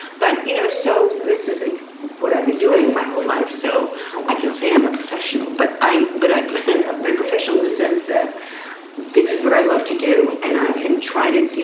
but, you know, so this is what i've been doing my whole life. so i can say i'm a professional, but i. but i've been but a professional in the sense that this is what i love to do. and i can try to. you